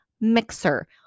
mixer